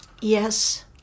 Yes